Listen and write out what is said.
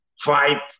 fight